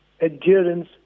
adherence